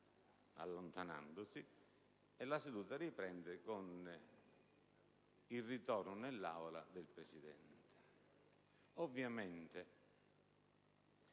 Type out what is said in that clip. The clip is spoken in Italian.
allontanandosi, e la seduta riprende con il ritorno nell'Aula del Presidente.